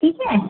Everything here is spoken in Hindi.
ठीक है